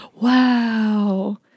wow